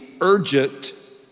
urgent